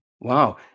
Wow